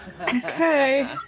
okay